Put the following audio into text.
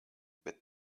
bet